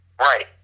Right